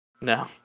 No